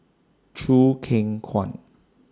Choo Keng Kwang